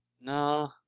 No